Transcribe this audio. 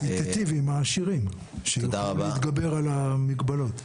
היא תיטיב עם העשירים שיוכלו להתגבר על המגבלות.